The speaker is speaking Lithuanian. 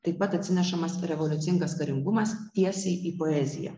taip pat atsinešamas revoliucingas karingumas tiesiai į poeziją